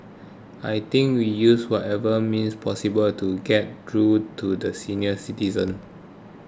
I think we use whatever means possible to get through to the senior citizens